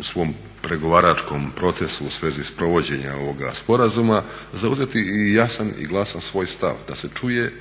u svom pregovaračkom procesu u svezi provođenja ovoga sporazuma zauzeti i jasan i glasan svoj stav da se čuje.